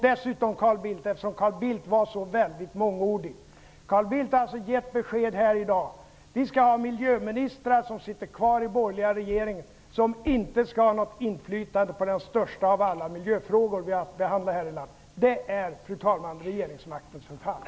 Dessutom, Carl Bilt, eftersom Carl Bildt var så väldigt mångordig: Carl Bildt har alltså gett besked här i dag om att vi skall ha miljöministrar som sitter kvar i den borgerliga regeringen och som inte skall ha något inflytande på den största av alla miljöfrågor som vi har att behandla här i landet. Det är, fru talman, regeringsmaktens förfall.